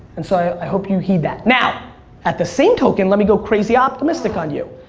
and so i hope you heed that. now at the same token let me go crazy optimistic on you.